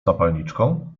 zapalniczką